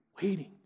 waiting